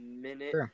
Minute